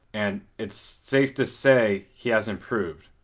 and it's safe to say he has improved.